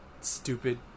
Stupid